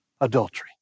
adultery